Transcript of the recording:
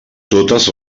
totes